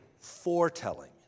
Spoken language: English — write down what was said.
foretelling